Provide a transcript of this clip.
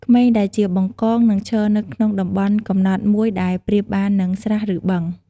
ក្មេងដែលជា បង្កង នឹងឈរនៅក្នុងតំបន់កំណត់មួយដែលប្រៀបបាននឹង ស្រះ ឬ បឹង។